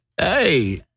Hey